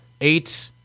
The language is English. Eight